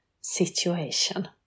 situation